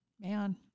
Man